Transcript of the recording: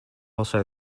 also